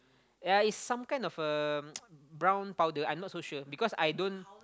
ya is some kind of a brown powder I'm not so sure because I don't